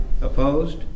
Opposed